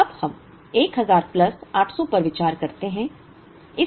अब हम 1000 प्लस 800 पर विचार करते हैं